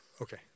Okay